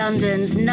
London's